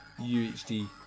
UHD